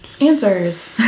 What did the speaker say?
Answers